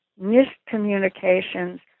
miscommunications